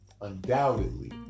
undoubtedly